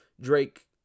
Drake